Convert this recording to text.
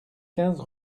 quinze